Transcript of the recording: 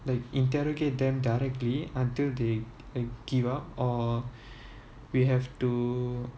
like interrogate them directly until they g~ give up or we have to